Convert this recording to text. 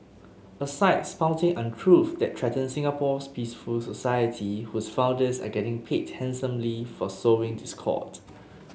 a site spouting untruths that threaten Singapore's peaceful society whose founders are getting paid handsomely for sowing discord